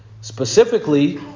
Specifically